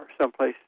someplace